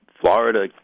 Florida